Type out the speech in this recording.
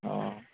औ